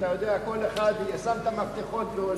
כל אחד שם את המפתחות והולך.